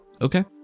Okay